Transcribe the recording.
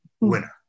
winner